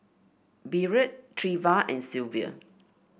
Byrd Treva and Sylvia